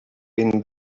been